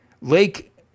Lake